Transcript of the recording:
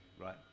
right